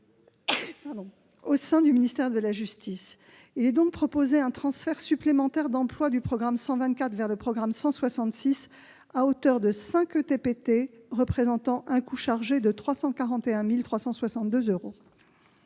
au sein du ministère de la justice. En conséquence, nous proposons un transfert supplémentaire d'emplois du programme 124 vers le programme 166, à hauteur de 5 ETPT, représentant un coût chargé de 341 362 euros.